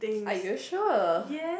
are you sure